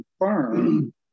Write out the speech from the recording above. confirm